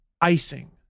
icing